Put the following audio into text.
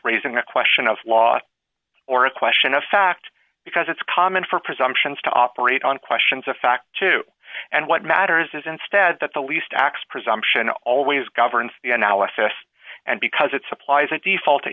raising the question of law or a question of fact because it's common for presumptions to operate on questions of fact too and what matters is instead that the least x presumption always governs the analysis and because it supplies a default